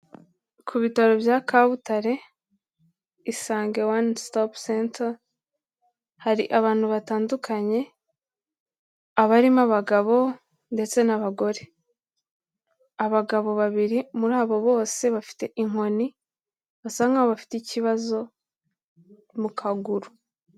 Ku bitaro bya Kabutare, Isange One stop Center, hari abantu batandukanye, barimo abagabo ndetse n'abagore, abagabo babiri muri abo bose bafite inkoni basa nkaho bafite ikibazo mu kaguru.